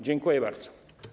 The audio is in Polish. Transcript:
Dziękuję bardzo.